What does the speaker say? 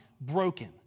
broken